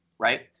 Right